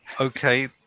Okay